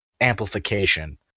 amplification